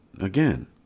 again